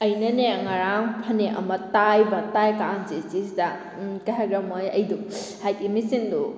ꯑꯩꯅꯅꯦ ꯉꯔꯥꯡ ꯐꯅꯦꯛ ꯑꯃ ꯇꯥꯏꯕ ꯇꯥꯏꯀꯥꯟꯆꯤꯆꯤꯁꯤꯗ ꯀꯩ ꯍꯥꯏꯒꯗ꯭ꯔ ꯃꯣꯏ ꯑꯩꯗꯨ ꯍꯥꯏꯗꯤ ꯃꯦꯆꯤꯟꯗꯣ